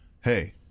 hey